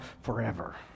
forever